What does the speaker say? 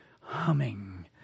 humming